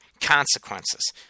consequences